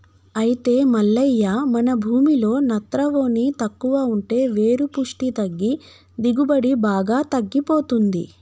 అయితే మల్లయ్య మన భూమిలో నత్రవోని తక్కువ ఉంటే వేరు పుష్టి తగ్గి దిగుబడి బాగా తగ్గిపోతుంది